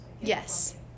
Yes